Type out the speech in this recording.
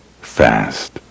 fast